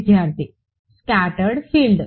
విద్యార్థి scattered field